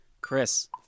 Chris